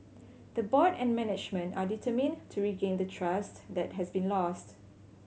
the board and management are determined to regain the trust that has been lost